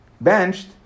benched